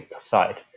side